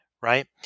right